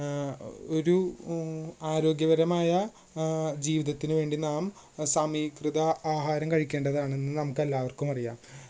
ഒരു ആരോഗ്യപരമായ ജീവിതത്തിന് വേണ്ടി നാം സമീക്രിത ആഹാരം കഴിക്കേണ്ടതാണെന്ന് നമുക്കെല്ലാവർക്കും അറിയാം